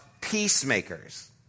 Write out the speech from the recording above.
peacemakers